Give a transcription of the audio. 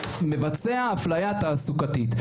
מבצע הפליה תעסוקתית.